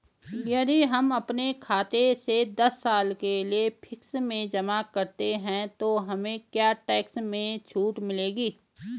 यदि हम अपने खाते से दस साल के लिए फिक्स में जमा करते हैं तो हमें क्या टैक्स में छूट मिलेगी?